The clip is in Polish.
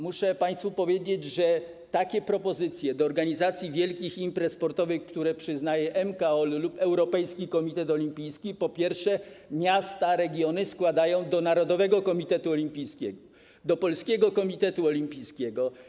Muszę państwu powiedzieć, że propozycje dotyczące organizacji wielkich imprez sportowych, którą przyznaje MKOl lub europejski komitet olimpijski, po pierwsze, miasta, regiony składają do narodowego komitetu olimpijskiego, do Polskiego Komitetu Olimpijskiego.